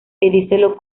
pedicelo